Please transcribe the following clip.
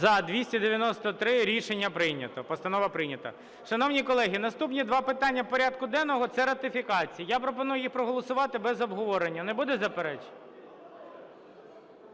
За-293 Рішення прийнято. Постанова прийнята. Шановні колеги, наступні два питання порядку денного – це ратифікації. Я пропоную їх проголосувати без обговорення. Не буде заперечень?